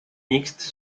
mixtes